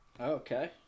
Okay